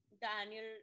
Daniel